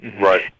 Right